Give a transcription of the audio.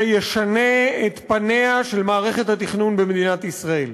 שישנה את פניה של מערכת התכנון במדינת ישראל.